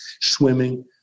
swimming